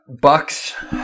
Bucks